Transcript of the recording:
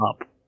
up